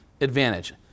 advantage